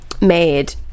made